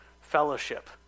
Fellowship